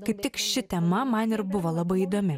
kaip tik ši tema man ir buvo labai įdomi